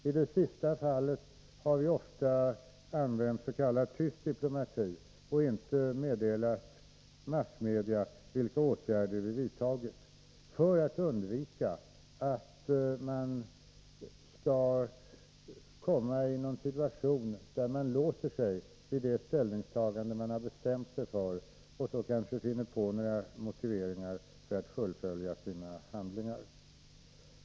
I det sistnämnda fallet har vi ofta använt s.k. tyst diplomati och inte meddelat massmedia vilka åtgärder vi vidtagit — för att undvika en situation där man låser sig vid ställningstaganden som man en gång har bestämt sig för och så kanske hittar på motiveringar för att fullfölja sitt handlande.